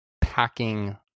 packing